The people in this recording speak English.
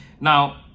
Now